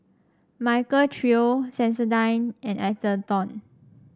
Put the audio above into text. Michael Trio Sensodyne and Atherton